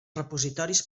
repositoris